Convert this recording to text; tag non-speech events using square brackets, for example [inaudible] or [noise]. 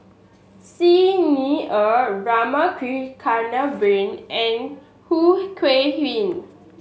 Xi Ni Er Rama [unintelligible] Kannabiran and Khoo Kay Hian